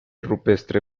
rupestre